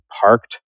parked